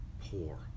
poor